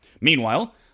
Meanwhile